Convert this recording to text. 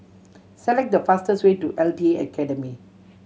select the fastest way to L T Academy